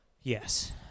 Yes